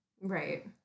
Right